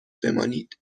بمانید